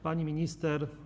Pani Minister!